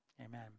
Amen